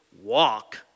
walk